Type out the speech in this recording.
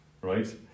right